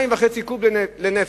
2.5 קוב לנפש.